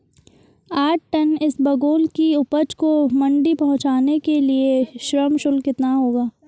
आठ टन इसबगोल की उपज को मंडी पहुंचाने के लिए श्रम शुल्क कितना होगा?